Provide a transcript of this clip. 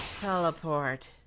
Teleport